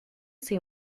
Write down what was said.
ces